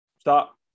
stop